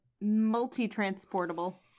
multi-transportable